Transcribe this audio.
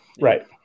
Right